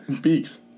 Beaks